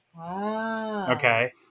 Okay